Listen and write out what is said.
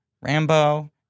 Rambo